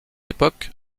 époque